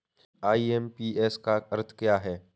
IMPS का क्या अर्थ है?